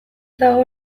dago